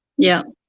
yeah,